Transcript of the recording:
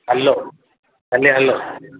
hello ଖାଲି hello